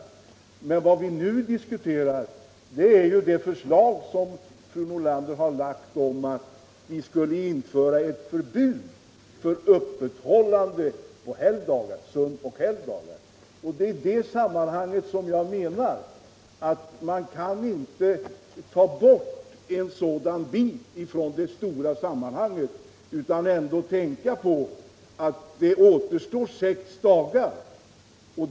Men vad vi nu diskuterar är fru Nordlanders förslag om införande av förbud mot öppethållande på sönoch helgdagar. Jag menar att vi inte kan rycka loss denna fråga från det stora sammanhanget. Vi måste här tänka på att det ändå finns ytterligare sex dagar i veckan.